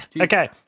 Okay